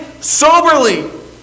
soberly